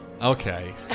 Okay